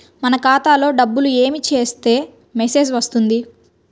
మన ఖాతాలో డబ్బులు ఏమి చేస్తే మెసేజ్ వస్తుంది?